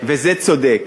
וזה צודק,